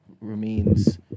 Remains